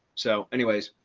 so anyways,